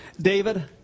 David